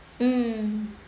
mm